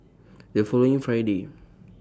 The following Friday